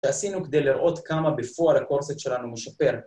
‫שעשינו כדי לראות כמה בפועל ‫הקורסט שלנו משפר.